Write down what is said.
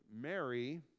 Mary